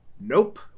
Nope